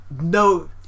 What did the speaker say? no